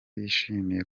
yishimiye